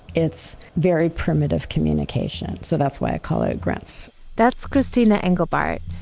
it's very primitive communication, so that's why i call it grunts that's christina engelbart,